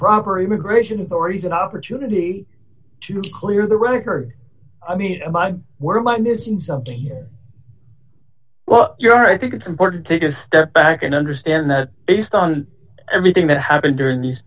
proper immigration authorities an opportunity to clear the record i mean i'm i'm wearing my missing something here well you know i think it's important to take a step back and understand that based on everything that happened during these